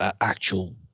actual